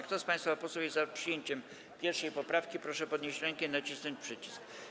Kto z państwa posłów jest za przyjęciem 1. poprawki, proszę podnieść rękę i nacisnąć przycisk.